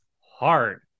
hard